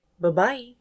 Bye-bye